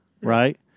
right